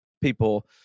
people